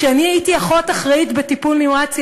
כשאני הייתי אחות אחראית בטיפול נמרץ ילדים,